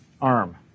arm